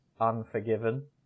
unforgiven